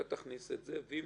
אתה תכניס את זה, ואם